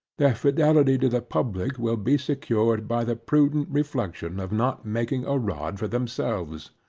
their fidelity to the public will be secured by the prudent reflexion of not making a rod for themselves.